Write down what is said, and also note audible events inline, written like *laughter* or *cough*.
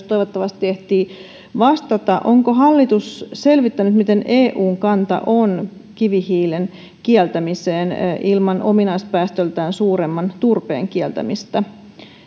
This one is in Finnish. *unintelligible* toivottavasti ehtii myös vastata onko hallitus selvittänyt mikä on eun kanta kivihiilen kieltämiseen ilman ominaispäästöltään suuremman turpeen kieltämistä